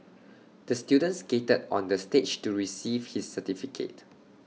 the student skated on the stage to receive his certificate